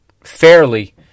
fairly